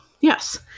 yes